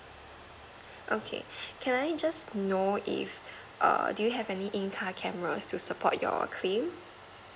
okay can I just know if err do you have any in car camera to support your claim